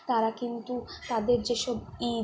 তারা কিন্তু তাদের যেসব ঈদ